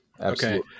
Okay